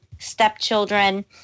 stepchildren